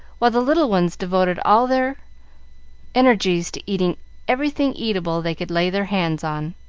while the little ones devoted all their energies to eating everything eatable they could lay their hands on.